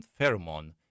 pheromone